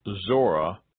Zora